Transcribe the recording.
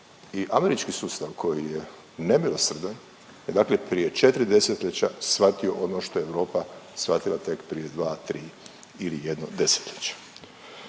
i američki sustav koji je nemilosrdan je dakle prije 4 desetljeća shvatio ono što je Europa shvatila tek 32, tri ili jedno desetljeće.